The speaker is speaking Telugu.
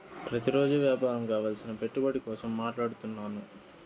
ప్రతిరోజు వ్యాపారం కావలసిన పెట్టుబడి కోసం మాట్లాడుతున్నాను